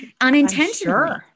Unintentionally